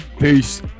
peace